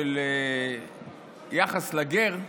יחס לגר,